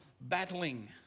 battling